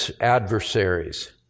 adversaries